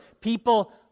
people